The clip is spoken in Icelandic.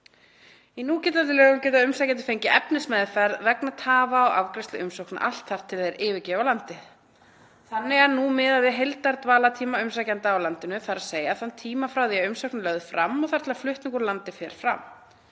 Í núgildandi lögum geta umsækjendur fengið efnismeðferð vegna tafa á afgreiðslu umsókna allt þar til þeir yfirgefa landið. Þannig er nú miðað við heildardvalartíma umsækjanda á landinu, þ.e.a.s. þann tíma frá því að umsókn er lögð fram og þar til flutningur úr landi fer fram.